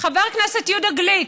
חבר הכנסת יהודה גליק,